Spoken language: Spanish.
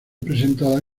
presentada